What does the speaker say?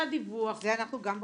זה אנחנו גם בוחנים,